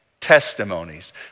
testimonies